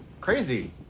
crazy